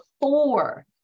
four